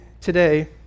today